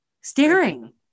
staring